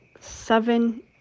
seven